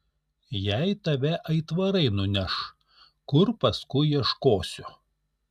jei tave aitvarai nuneš kur paskui ieškosiu